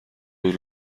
بود